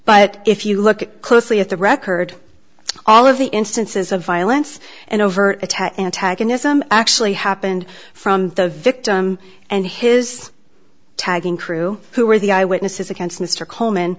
but if you look closely at the record all of the instances of violence and overt attack antagonism actually happened from the victim and his tagging crew who were the eye witnesses against mr coleman